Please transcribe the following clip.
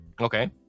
Okay